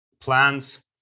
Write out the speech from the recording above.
plans